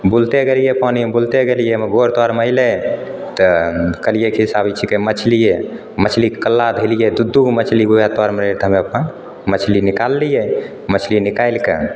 बूलते गेलिए पानिमे बूलते गेलिए हमर गोर तरमे अयलै तऽ कहलिए कि से आब ई छीकै मछलिए मछलीके कल्ला धैलिए दू दू गो मछली रहय तरमे ओहिठाम अपन मछली निकाललिए मछली निकालिके